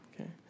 Okay